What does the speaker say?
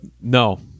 No